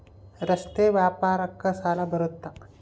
ರಸ್ತೆ ವ್ಯಾಪಾರಕ್ಕ ಸಾಲ ಬರುತ್ತಾ?